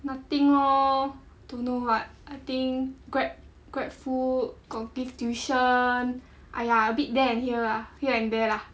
nothing lor don't know what I think Grab GrabFood got give tuition !aiya! a bit there and here ah here and there lah